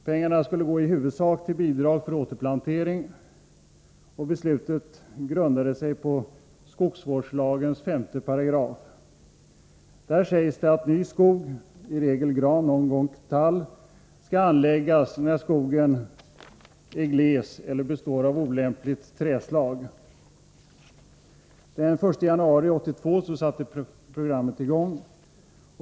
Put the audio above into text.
Pengarna skulle i huvudsak gå till bidrag för återplantering, och beslutet grundade sig på skogsvårdslagens 5 § där det sägs att ny skog, i regel gran, någon gång tall, skall anläggas när skogen är gles eller består av olämpligt träslag. Den 1 januari 1982 satte programmet i gång.